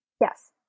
Yes